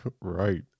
Right